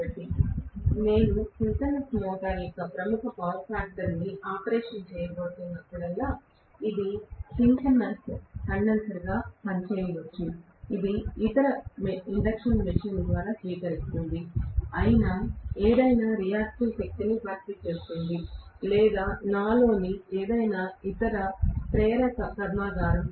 కాబట్టి నేను synchronous motor యొక్క ప్రముఖ పవర్ ఫ్యాక్టర్ ఆపరేషన్ చేయబోతున్నప్పుడల్లా ఇది సింక్రోనస్ కండెన్సర్గా పనిచేయవచ్చు ఇది ఇతర ఇండక్షన్ మెషీన్ల ద్వారా స్వీకరిస్తోంది అయిన ఏదైనా రియాక్టివ్ శక్తిని భర్తీ చేస్తుంది లేదా నాలోని ఏదైనా ఇతర ప్రేరక కర్మాగారం